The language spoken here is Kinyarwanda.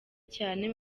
cyane